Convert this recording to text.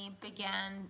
began